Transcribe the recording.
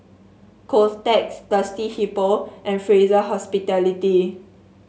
Kotex Thirsty Hippo and Fraser Hospitality